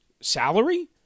salary